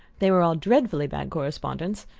they were all dreadfully bad correspondents,